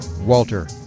walter